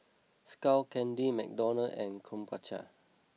Skull Candy McDonald's and Krombacher